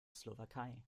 slowakei